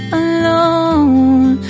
alone